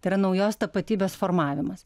tai yra naujos tapatybės formavimas